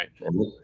Right